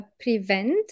prevent